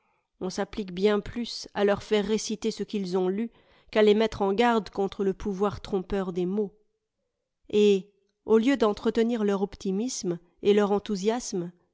on s'applique bien plus à leur faire réciter ce qu'ils ont lu iju'à les mettre en g arde contre le pouvoir trompeur des mots et au lieu d'entretenir leur optimisme et leur enthousiasme